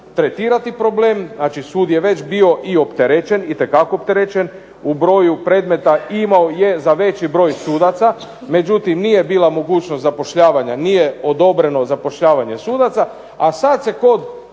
tretirati problem, znači sud je već bio i opterećen, itekako opterećen u broju predmeta i imao je za veći broj sudaca, međutim nije bila mogućnost zapošljavanja, nije odobreno zapošljavanje sudaca, a sad se kod